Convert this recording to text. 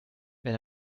wenn